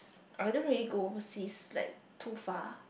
I don't really go overseas like too far